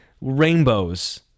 rainbows